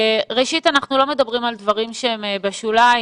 ראשית, אנחנו לא מדברים על דברים שהם בשוליים.